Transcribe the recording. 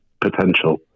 potential